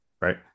Right